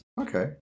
okay